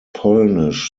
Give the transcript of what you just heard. polnisch